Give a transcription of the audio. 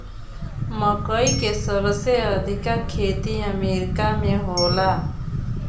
मकई के सबसे अधिका खेती अमेरिका में होला